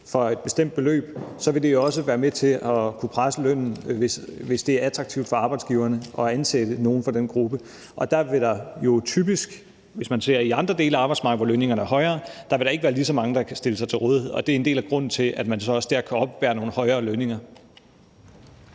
for et bestemt beløb, vil det også være med til at kunne presse lønnen, hvis det er attraktivt for arbejdsgiverne at ansætte nogen fra den gruppe. Og hvis man ser på andre dele af arbejdsmarkedet, hvor lønningerne er højere, vil der jo typisk ikke være lige så mange, der kan stille sig til rådighed, og det er en del af grunden til, at man så dér kan oppebære nogle højere lønninger.